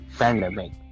pandemic